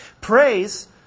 Praise